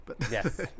Yes